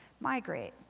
migrate